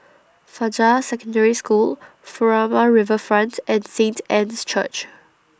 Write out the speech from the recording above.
Fajar Secondary School Furama Riverfront and Saint Anne's Church